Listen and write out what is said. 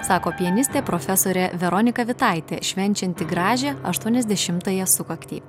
sako pianistė profesorė veronika vitaitė švenčianti gražią aštuoniasdešimtąją sukaktį